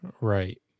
Right